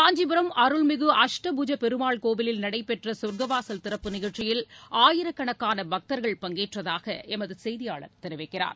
காஞ்சிபுரம் அருள்மிகு அஷ்புஜ பெருமாள் கோவிலில் நடைபெற்ற சொர்க்கவாசல் திறப்பு நிகழ்ச்சியில் ஆயிரக்கணக்கான பக்தர்கள் பங்கேற்றதாக எமது செய்தியாளர் தெரிவிக்கிறார்